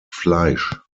fleisch